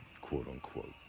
quote-unquote